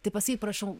tai pasakyk prašau